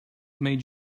made